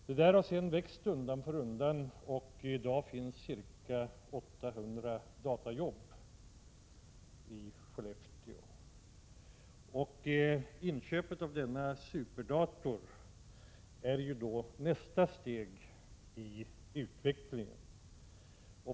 Verksamheten har sedan växt undan för undan, och i dag finns ca 800 datajobb i Skellefteå. Inköpet av den aktuella superdatorn är nästa steg i utvecklingen.